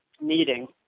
meeting